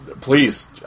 please